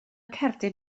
cerdyn